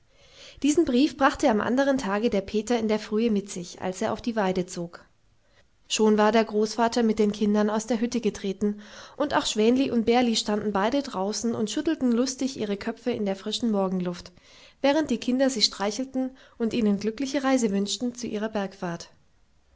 diesen brief brachte am andern tage der peter in der frühe mit sich als er auf die weide zog schon war der großvater mit den kindern aus der hütte getreten und auch schwänli und bärli standen beide draußen und schüttelten lustig ihre köpfe in der frischen morgenluft während die kinder sie streichelten und ihnen glückliche reise wünschten zu ihrer bergfahrt